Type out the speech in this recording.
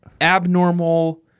abnormal